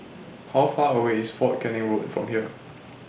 How Far away IS Fort Canning Road from here